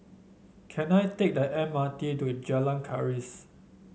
can I take the M R T to Jalan Keris